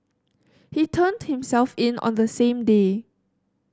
he turned himself in on the same day